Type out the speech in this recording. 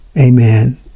amen